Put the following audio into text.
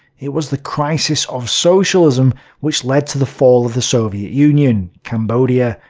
it was the crisis of socialism which led to the fall of the soviet union, cambodia,